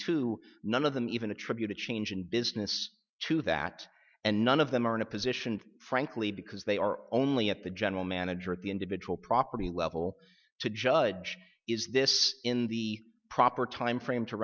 true none of them even attribute a change in business to that and none of them are in a position frankly because they are only at the general manager at the individual property level to judge is this in the proper timeframe to